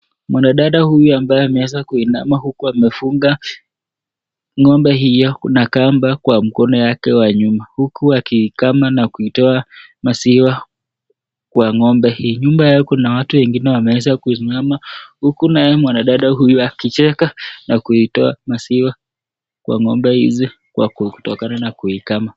Mwanadada huyu ameweza kuinama huku akiwa amefunga ng'ombe hiyo kuna kamba kwa mkono wake wa nyuma huku akikama na kuitoa maziwa kwa ng'ombe hii. Nyuma yao kuna watu wengine wameweza kusimama huku naye mwanadada huyu akicheka na kuitoa maziwa kwa ng'ombe hizi kwa kutokana na kuikama.